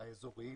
האזוריים